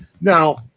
Now